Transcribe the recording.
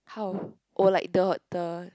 how or like the the